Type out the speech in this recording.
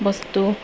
বস্তু